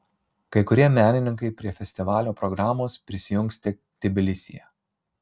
kai kurie menininkai prie festivalio programos prisijungs tik tbilisyje